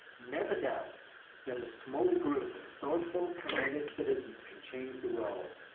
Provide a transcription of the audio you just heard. never doubt that a small group of thoughtful, committed citizens can change the world.